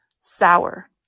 sour